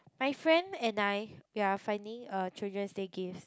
my friend and I we are finding a Children's Day gift